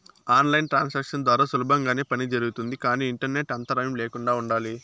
on line transactions ద్వారా సులభంగానే పని జరుగుతుంది కానీ ఇంటర్నెట్ అంతరాయం ల్యాకుండా ఉండాలి